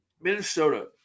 Minnesota